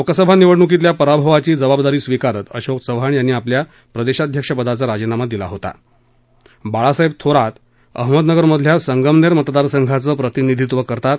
लोकसभा निवडणुकीतील पराभवाची जबाबदारी स्वीकारत अशोक चव्हाण यांनी आपल्या प्रदेशाध्यक्षपदाचा राजीनामा दिला होता बाळासाहेब थोरात अहमदनगरमल्या संगमनेर मतदारसंघाचं प्रतिनिधीत्व करतात